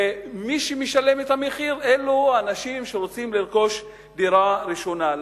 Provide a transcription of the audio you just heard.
מי שמשלמים את המחיר אלה אנשים שרוצים לרכוש דירה ראשונה.